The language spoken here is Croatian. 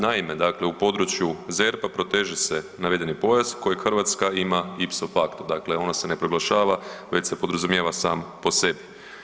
Naime, dakle u području ZERP-a proteže se navedeni pojas kojeg Hrvatska ima ipso fakto dakle ona se ne proglašava već se podrazumijeva sam po sebi.